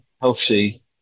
healthy